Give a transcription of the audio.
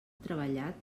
treballat